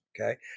okay